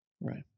Right